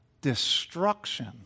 destruction